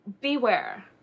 beware